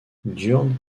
diurne